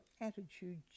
attitude